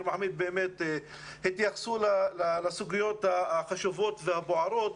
מחאמיד התייחסו לסוגיות החשובות והבוערות.